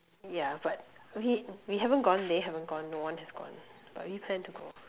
ya but we we haven't gone they haven't gone no one have gone but we plan to go